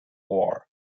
war